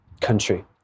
country